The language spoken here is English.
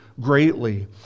greatly